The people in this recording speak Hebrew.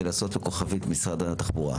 ולעשות כוכבית משרד התחבורה.